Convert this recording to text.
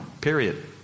period